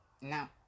no